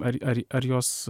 ar ar ar juos